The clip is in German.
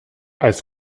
als